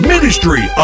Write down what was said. Ministry